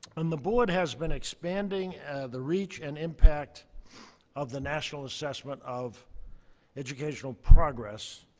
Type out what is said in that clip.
and the board has been expanding the reach and impact of the national assessment of educational progress,